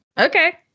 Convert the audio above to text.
okay